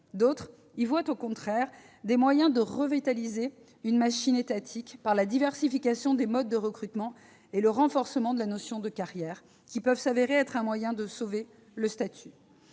D'autres y voient au contraire des moyens de revitaliser une machine étatique, par la diversification des modes de recrutement et le renforcement de la notion de carrière, qui peuvent s'avérer être un moyen de sauver le statut.